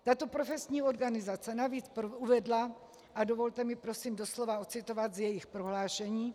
Tato profesní organizace navíc uvedla a dovolte mi prosím doslova odcitovat z jejich prohlášení: